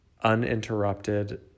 uninterrupted